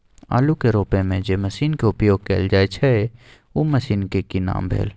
आलू के रोपय में जे मसीन के उपयोग कैल जाय छै उ मसीन के की नाम भेल?